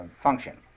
function